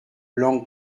lan